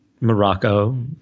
Morocco